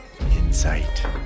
insight